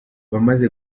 abamaze